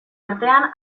artean